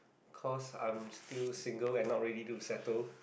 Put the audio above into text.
cause I am still single and not ready to settle